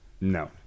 No